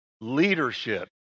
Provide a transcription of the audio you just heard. leadership